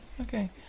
Okay